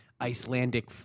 Icelandic